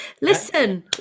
Listen